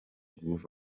groove